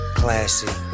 classy